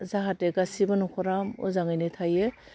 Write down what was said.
जाहाथे गासिबो न'खरा मोजाङैनो थायो